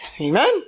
Amen